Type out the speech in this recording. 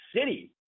City